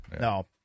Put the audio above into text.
No